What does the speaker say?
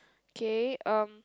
K um